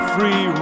Free